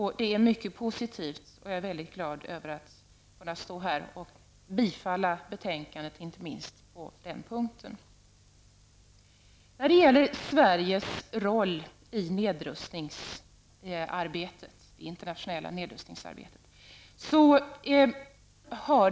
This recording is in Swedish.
Detta är mycket positivt, och jag är väldigt glad över att kunna yrka bifall till utskottets hemställan inte minst på den punkten.